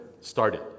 started